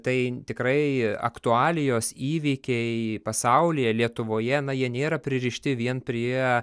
tai tikrai aktualijos įvykiai pasaulyje lietuvoje na jie nėra pririšti vien prie